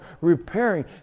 Repairing